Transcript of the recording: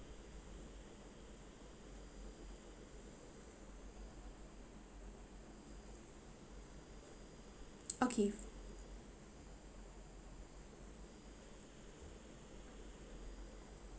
okay